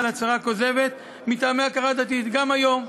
על הצהרה כוזבת מטעמי הכרה דתית גם היום,